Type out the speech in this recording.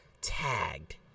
tagged